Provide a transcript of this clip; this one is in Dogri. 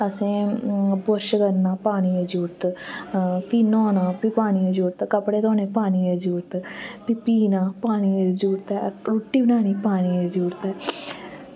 असैं बुरश करना पानी दी जरूरत फ्ही न्हाना पानी दी जरूरत कपड़े धोने पानी दी जरूरत फ्ही पीना पानी दी जरूरत ऐ रुट्टी बनानी पानी दी जरूरत